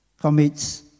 commits